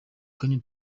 kanya